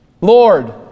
Lord